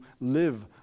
live